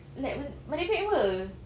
like me~ merepek apa